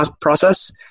process